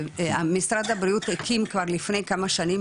משרד הבריאות הקים כבר לפני כמה שנים,